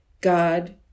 God